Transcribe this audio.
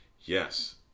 Yes